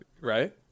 right